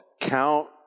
Count